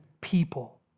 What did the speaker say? people